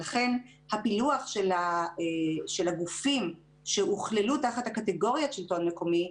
לכן הפילוח של הגופים שהוכללו תחת הקטגוריה שלטון מקומי,